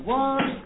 one